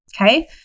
okay